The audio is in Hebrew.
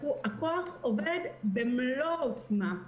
הכוח עובד במלוא העוצמה,